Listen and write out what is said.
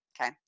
okay